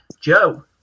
Joe